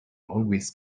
always